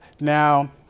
now